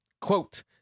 Quote